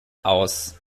aus